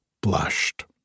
blushed